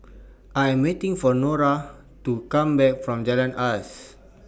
I'm waiting For Norah to Come Back from Jalan Asas